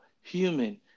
human